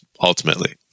ultimately